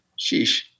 sheesh